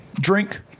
drink